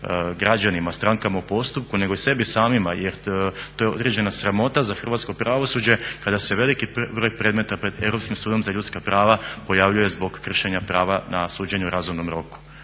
građanima, strankama u postupku nego i sebi samima jer to je određena sramota za hrvatsko pravosuđe kada se veliki broj predmeta pred Europskim sudom za ljudska prava pojavljuje zbog kršenja prava na suđenje u razumnom roku.